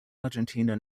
argentina